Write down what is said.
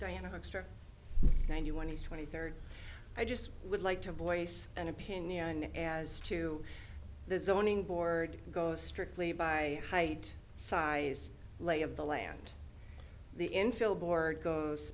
diana extra ninety one hundred twenty third i just would like to voice an opinion as to the zoning board go strictly by height size lay of the land the infill board goes